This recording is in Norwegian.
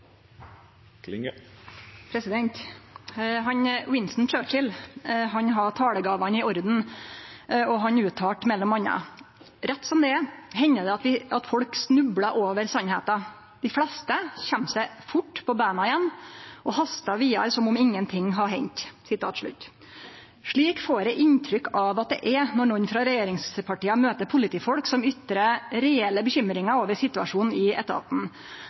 og han uttalte m.a: Rett som det er hender det at folk snublar over sanninga. Dei fleste kjem seg fort på beina igjen, og hastar vidare som om ingenting har hendt. Slik får eg inntrykk av at det er når nokon frå regjeringspartia møter politifolk som gjev uttrykk for reelle bekymringar over situasjonen i etaten.